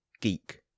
Geek